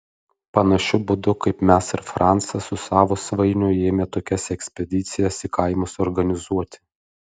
panašiu būdu kaip mes ir francas su savo svainiu ėmė tokias ekspedicijas į kaimus organizuoti